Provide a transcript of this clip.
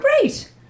great